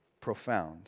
Profound